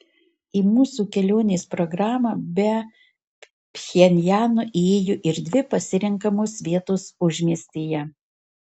į mūsų kelionės programą be pchenjano įėjo ir dvi pasirenkamos vietos užmiestyje